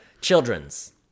Childrens